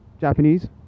Japanese